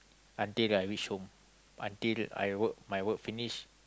until I reach home until I work my work finish